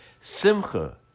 Simcha